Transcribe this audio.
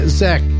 zach